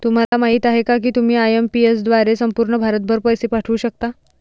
तुम्हाला माहिती आहे का की तुम्ही आय.एम.पी.एस द्वारे संपूर्ण भारतभर पैसे पाठवू शकता